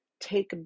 take